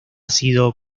sido